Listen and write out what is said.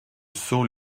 seau